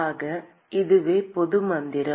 ஆக இதுவே பொது மந்திரம்